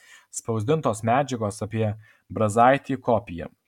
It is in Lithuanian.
spausdintos medžiagos apie brazaitį kopija